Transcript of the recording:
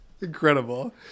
Incredible